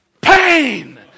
pain